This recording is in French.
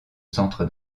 centre